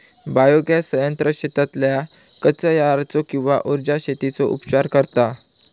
biogas संयंत्र शेतातल्या कचर्याचो किंवा उर्जा शेतीचो उपचार करता